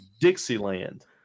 Dixieland